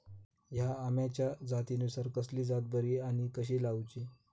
हया आम्याच्या जातीनिसून कसली जात बरी आनी कशी लाऊची?